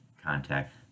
contact